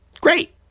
Great